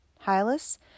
Hylas